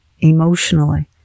emotionally